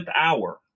hour